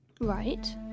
Right